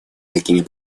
такими